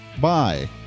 Bye